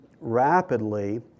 rapidly